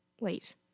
wait